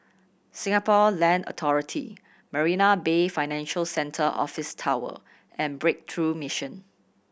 Singapore Land Authority Marina Bay Financial Centre Office Tower and Breakthrough Mission